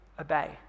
obey